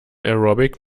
aerobic